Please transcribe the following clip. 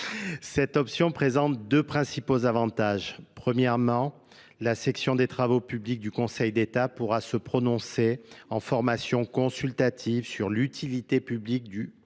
Cette option présente deux principaux avantages premièrement, la section des travaux publics du Conseil d'état pourra se prononcer en formation consultative sur l'utilité publique du projet.